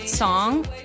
song